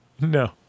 No